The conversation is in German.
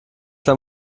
dann